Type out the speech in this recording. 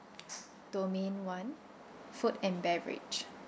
domain one food and beverage